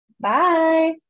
Bye